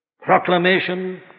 proclamation